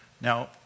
Now